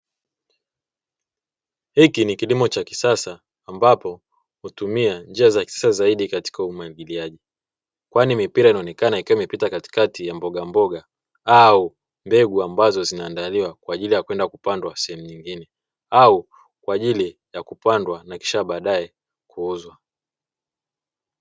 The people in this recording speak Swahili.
Hiki ni kilimo cha kisasa ambapo hutumia njia za kisasa zaidi katika umwagiliaji, kwani mipira inaonekana ikiwa imepita katikati ya mbogamboga au mbegu ambazo inaandaliwa, kwa ajili ya kwenda kupandwa sehemu nyingine au kwa ajili ya kupandwa na kisha baadae kuuzwa.